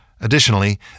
Additionally